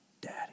Daddy